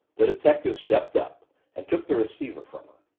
the detective stepped up and took the receiver from